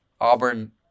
Auburn